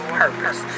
purpose